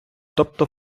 тобто